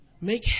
make